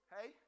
Hey